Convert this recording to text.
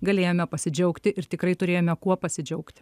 galėjome pasidžiaugti ir tikrai turėjome kuo pasidžiaugti